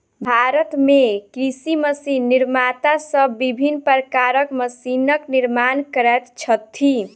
भारत मे कृषि मशीन निर्माता सब विभिन्न प्रकारक मशीनक निर्माण करैत छथि